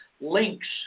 links